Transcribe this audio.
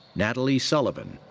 natalie sullivan.